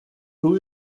who